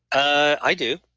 i do.